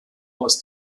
aus